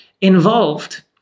involved